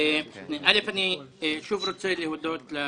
יכול לדבר?